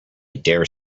dare